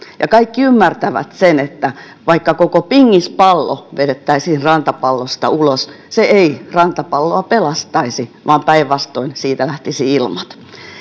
ja kaikki ymmärtävät sen että vaikka koko pingispallo vedettäisiin rantapallosta ulos se ei rantapalloa pelastaisi vaan päinvastoin siitä lähtisi ilmat